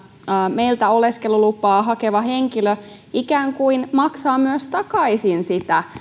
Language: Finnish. meiltä oleskelulupaa hakeva henkilö ikään kuin myös maksaa takaisin sitä